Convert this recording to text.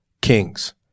kings